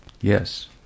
Yes